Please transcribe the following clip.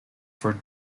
for